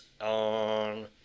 on